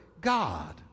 God